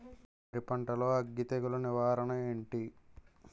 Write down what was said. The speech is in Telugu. వరి పంటలో అగ్గి తెగులు నివారణ ఏంటి?